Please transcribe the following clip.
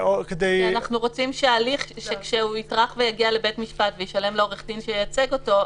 אנחנו רוצים שכשהוא יטרח ויגיע לבית המשפט וישלם לעורך-דין שייצג אותו,